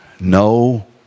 no